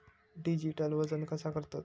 Digital वजन कसा करतत?